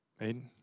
Aiden